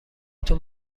تون